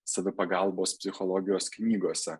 savipagalbos psichologijos knygose